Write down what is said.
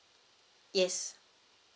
yes